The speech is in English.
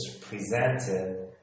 presented